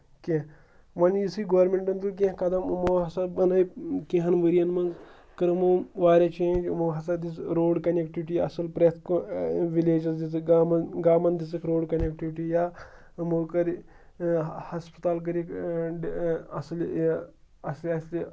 کینٛہہ وۄنۍ یُس یہِ گورمٮ۪نٛٹَن تُلۍ کینٛہہ قدم یِمو ہَسا بَنٲوۍ کینٛہہ ہَن ؤرِیَن منٛز کٔر یِمو واریاہ چینٛج یِمو ہَسا دِژ روڈ کَنٮ۪کٹِوِٹی اَصٕل پرٛٮ۪تھ وِلیجَس دِژٕکھ گامَن گامَن دِژٕکھ روڈ کَنٮ۪کٹِوِٹی یا یِمو کٔر ہَسپَتال کٔرِکھ اَصِل یہِ اَصلہِ اَصلہِ